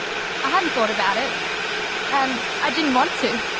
i hadn't thought about it and i didn't want to.